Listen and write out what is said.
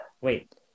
Wait